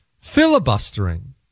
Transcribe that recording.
filibustering